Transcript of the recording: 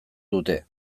dute